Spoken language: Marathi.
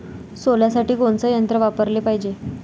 सोल्यासाठी कोनचं यंत्र वापराले पायजे?